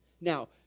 Now